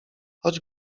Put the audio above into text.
chodź